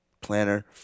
planner